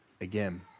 again